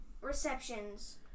receptions